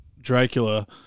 dracula